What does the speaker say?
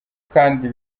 kandi